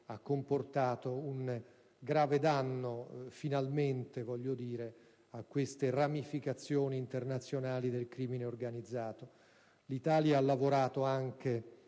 ha comportato un grave danno - finalmente, voglio dire - a queste ramificazioni internazionali del crimine organizzato. L'Italia ha lavorato anche